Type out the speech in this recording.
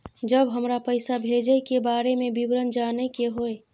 जब हमरा पैसा भेजय के बारे में विवरण जानय के होय?